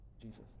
Jesus